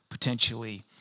potentially